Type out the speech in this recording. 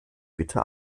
bitte